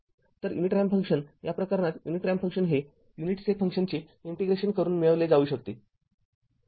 तर unit ramp function या प्रकरणात युनिट रॅम्प फंक्शन γ हे युनिट स्टेप फंक्शनचे इंटिग्रेशन करून मिळविले जाऊ शकते